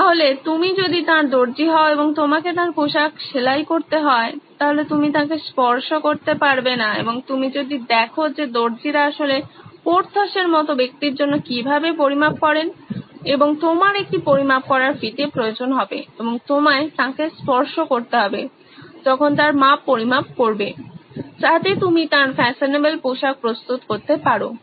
সুতরাং তুমি যদি তাঁর দর্জি হও এবং তোমাকে তাঁর পোশাক সেলাই করতে হয় তাহলে তুমি তাঁকে স্পর্শ করতে পারবে না এবং তুমি যদি দেখো যে দর্জিরা আসলে পোর্থসের মত ব্যক্তির জন্য কিভাবে পরিমাপ করেন এবং তোমার একটি পরিমাপ করার ফিতে প্রয়োজন হবে এবং তোমায় তাঁকে স্পর্শ করতে হবে যখন তার মাপ পরিমাপ করবে যাতে তুমি তাঁর ফ্যাশনেবল পোশাক প্রস্তুত করতে পারো